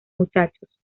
muchachos